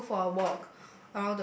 perhaps go for a walk